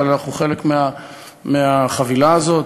אבל אנחנו חלק מהחבילה הזאת,